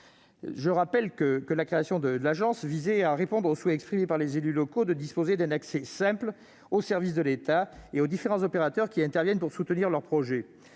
le rappelle, la création de l'agence visait à répondre au souhait exprimé par les élus locaux de disposer d'un accès simple aux services de l'État et aux différents opérateurs qui interviennent pour soutenir leurs projets.